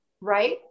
right